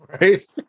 right